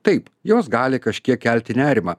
taip jos gali kažkiek kelti nerimą